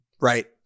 Right